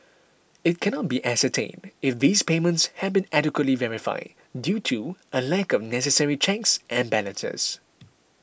it cannot be ascertained if these payments had been adequately verified due to a lack of necessary checks and balances